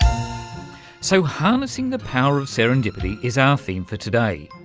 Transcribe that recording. so harnessing the power of serendipity is our theme for today.